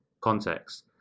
context